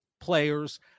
players